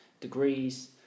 degrees